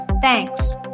Thanks